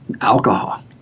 alcohol